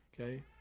Okay